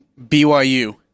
BYU